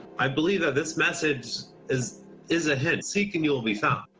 i believe that this message is is a hint. seek and you'll be found.